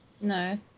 No